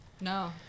No